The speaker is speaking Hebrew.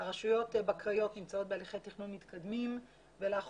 הרשויות בקריות נמצאות בהליכי תכנון מתקדמים ולאחרונה